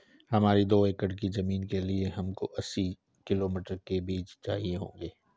हमारी दो एकड़ की जमीन के लिए हमको अस्सी किलो मटर के बीज चाहिए होंगे